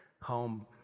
home